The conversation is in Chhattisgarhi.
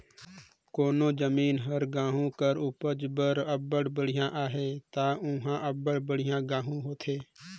कोनो जमीन हर गहूँ कर उपज बर अब्बड़ बड़िहा अहे ता उहां अब्बड़ बढ़ियां गहूँ होथे